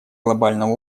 глобального